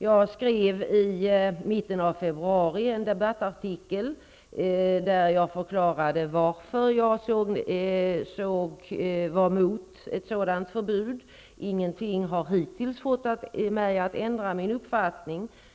Jag skrev i mitten av februari en debattartikel där jag förklarade varför jag var emot ett sådant förbud. Ingenting har hittills fått mig att ändra min uppfattning.